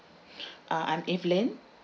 uh I'm evelyn